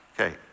Okay